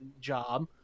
job